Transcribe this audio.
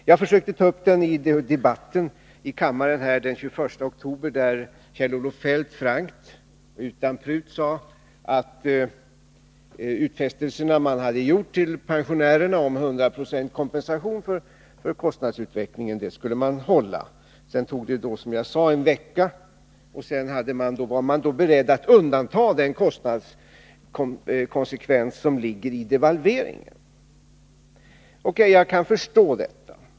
Jag försökte ta upp denna fråga i debatten här i kammaren den 21 oktober, då Kjell-Olof Feldt frankt, utan prut, sade att de utfästelser som socialdemokraterna hade gjort till pensionärerna om hundraprocentig kompensation för kostnadsutvecklingen skulle infrias. Det gick, som jag sade, en vecka, och sedan var man beredd att undanta den kostnadskonsekvens som ligger i devalveringen. O.K., jag kan förstå detta.